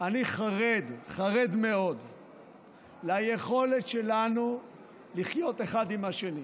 אני חרד, חרד מאוד ליכולת שלנו לחיות אחד עם השני.